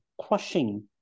crushing